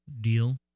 deal